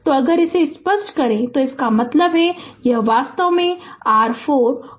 तो अगर इसे स्पष्ट करें तो इसका मतलब है कि यह वास्तव में r 4 और 5 है